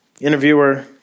Interviewer